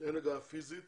אין הגעה פיזית